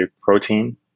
protein